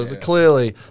clearly